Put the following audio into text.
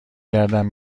گردم